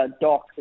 Doc